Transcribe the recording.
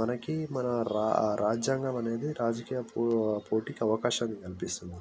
మనకి మన రాజ్యాంగం అనేది రాజకీయ పోటీకి అవకాశాన్ని కల్పిస్తుంది